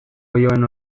oiloen